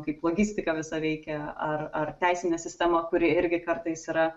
kaip logistika visa veikia ar ar teisinė sistema kuri irgi kartais yra